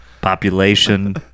Population